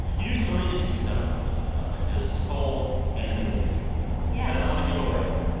you do some really interesting stuff on the special i love. like, there's this whole animated interlude. yeah. that and i don't want to give away.